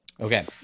Okay